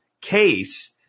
case